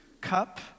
Cup